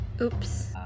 Oops